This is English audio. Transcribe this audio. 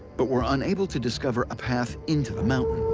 but were unable to discover a path into the mountain.